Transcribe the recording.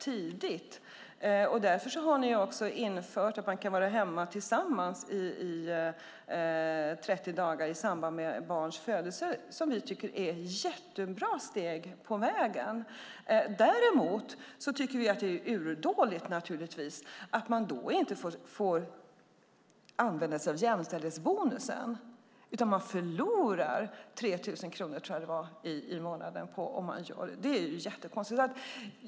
Därför har ni infört att man kan vara hemma tillsammans i 30 dagar i samband med barns födelse, och det tycker vi är ett jättebra steg på vägen. Däremot tycker vi naturligtvis att det är urdåligt att man då inte får använda sig av jämställdhetsbonusen utan förlorar 3 000 kronor i månaden. Det är jättekonstigt.